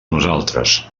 nosaltres